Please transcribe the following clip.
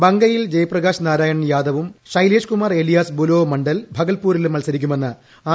ബങ്കയിൽ ജയ്പ്രകാശ് നാരായൺ യാദവും ഷൈലേഷ്കുമാർ ഏലിയാസ് ബുലോ മണ്ഡൽ ഭഗൽപുരിലും മത്സരിക്കുമെന്ന് ആർ